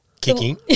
kicking